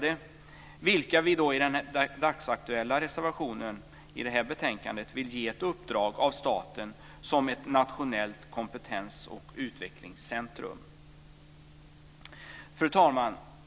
Det vill vi i den dagsaktuella reservationen i det här betänkandet ge ett uppdrag av staten som nationellt kompetens och utvecklingscentrum. Fru talman!